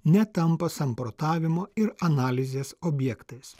netampa samprotavimo ir analizės objektais